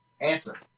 Answer